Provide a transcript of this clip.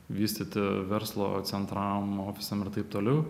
vystyti verslo centram ofisam ir taip toliau